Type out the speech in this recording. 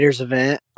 event